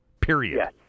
period